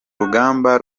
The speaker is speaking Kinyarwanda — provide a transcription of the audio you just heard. rugamba